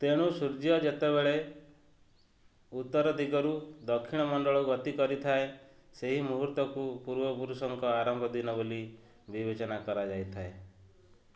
ତେଣୁ ସୂର୍ଯ୍ୟ ଯେତେବେଳେ ଉତ୍ତର ଦିଗରୁ ଦକ୍ଷିଣ ମଣ୍ଡଳକୁ ଗତି କରିଥାଏ ସେହି ମୁହୂର୍ତ୍ତକୁ ପୂର୍ବପୁରୁଷଙ୍କ ଆରମ୍ଭ ଦିନ ବୋଲି ବିବେଚନା କରାଯାଇଥାଏ